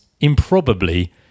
improbably